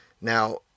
Now